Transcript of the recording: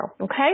Okay